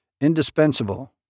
indispensable